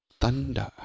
Thunder